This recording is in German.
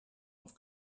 auf